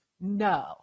no